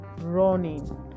running